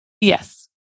Yes